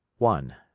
one.